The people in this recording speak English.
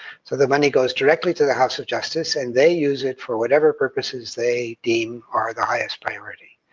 so the money goes directly to the house of justice, and they use it for whatever purposes they deem are the highest priority.